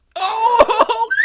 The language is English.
oh,